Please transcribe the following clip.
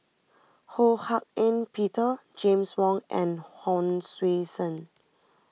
Ho Hak Ean Peter James Wong and Hon Sui Sen